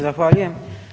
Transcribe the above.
Zahvaljujem.